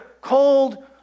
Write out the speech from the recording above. cold